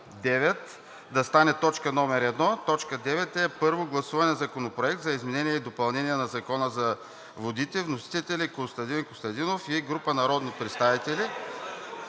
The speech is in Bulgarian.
да стане точка номер едно. Точка девета е Първо гласуване на Законопроекта за изменение и допълнение на Закона за водите, вносители Костадин Костадинов и група народни представители